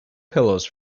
pillows